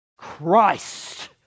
Christ